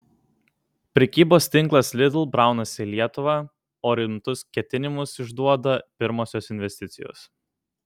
prekybos tinklas lidl braunasi į lietuvą o rimtus ketinimus išduoda pirmosios investicijos